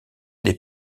des